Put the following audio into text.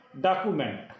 Document